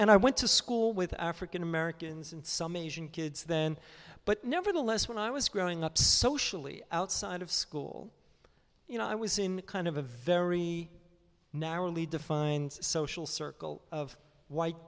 and i went to school with african americans and some asian kids then but nevertheless when i was growing up socially outside of school you know i was in kind of a very narrowly defined social circle of white